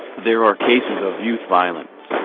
there are cases of youth violence,